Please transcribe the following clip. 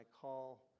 call